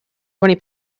twenty